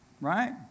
Right